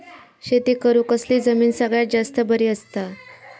शेती करुक कसली जमीन सगळ्यात जास्त बरी असता?